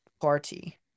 party